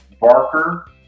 Barker